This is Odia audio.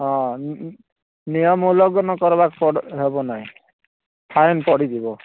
ହଁ ନିୟମ ଉଲଂଘନ କରିବାର ପଡ଼ ହେବନାହିଁ ଫାଇନ୍ ପଡ଼ିଯିବ